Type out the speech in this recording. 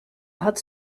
hat